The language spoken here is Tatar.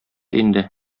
инде